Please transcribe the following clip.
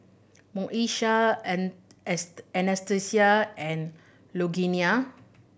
Moesha An Anastacia and Lugenia